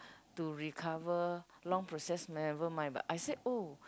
to recover long process never mind but I said oh